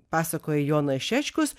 pasakoja jonas šečkus